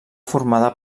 formada